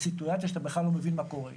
לסיטואציה שאתה בכלל לא מבין מה קורה איתך.